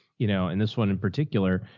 you know, and this one in particular,